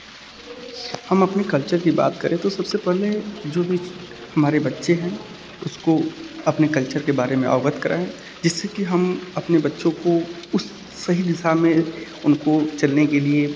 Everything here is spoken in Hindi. हम अपने कल्चर की बात करें तो सबसे पहले जो भी हमारे बच्चे हैं उनको अपने कल्चर के बारे में अवगत कराएँ जिससे कि हम अपने बच्चों को उस सही दिशा में उनको चलने के लिए